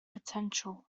potential